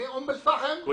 מאום אל פאחם עד כפר קאסם.